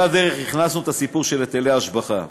על הדרך הכנסנו את הסיפור של היטלי השבחה,